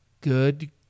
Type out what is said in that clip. good